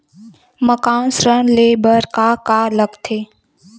मकान ऋण ले बर का का लगथे?